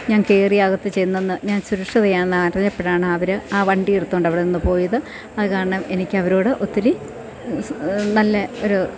ഞാൻ കയറി അകത്തു ചെന്നൊന്നു ഞാൻ സുരക്ഷിതയാണെന്ന് അറിഞ്ഞപ്പോഴാണ് അവർ ആ വണ്ടിയെടുത്തു കൊണ്ട് അവിടെ നിന്നു പോയത് അതു കാരണം എനിക്കവരോട് ഒത്തിരി നല്ല ഒരു